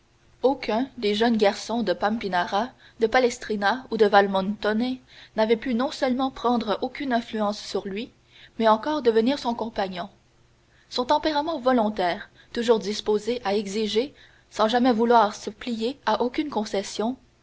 aucun des jeunes garçons de pampinara de palestrina ou de valmontone n'avait pu non seulement prendre aucune influence sur lui mais encore devenir son compagnon son tempérament volontaire toujours disposé à exiger sans jamais vouloir se plier à aucune concession